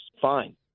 Fine